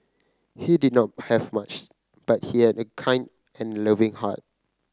he did not have much but he had a kind and loving heart